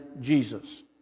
Jesus